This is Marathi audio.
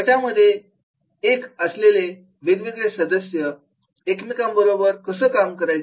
गटांमध्ये एकत्र आलेले वेगवेगळे सदस्य एकमेकांबरोबर काम कसं करायचं